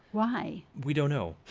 why? we don't know.